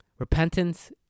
Repentance